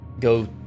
Go